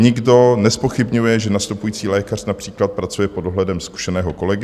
Nikdo nezpochybňuje, že nastupující lékař například pracuje pod dohledem zkušeného kolegy.